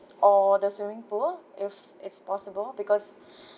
or the swimming pool if it's possible because